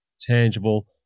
tangible